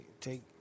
take